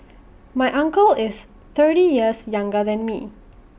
my uncle is thirty years younger than me